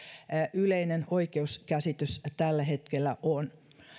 yleinen oikeuskäsitys tällä hetkellä on